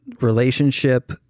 relationship